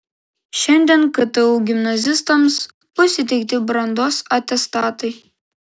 šiandien ktu gimnazistams bus įteikti brandos atestatai